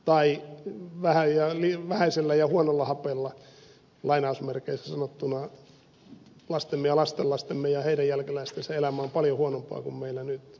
tai vähäisellä ja huonolla hapella lainausmerkeissä sanottuna lastemme ja lastenlastemme ja heidän jälkeläistensä elämä on paljon huonompaa kuin meillä nyt